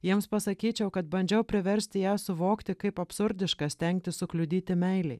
jiems pasakyčiau kad bandžiau priversti ją suvokti kaip absurdiška stengtis sukliudyti meilei